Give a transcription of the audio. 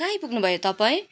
कहाँ आइपुग्नु भयो तपाईँ